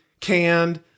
canned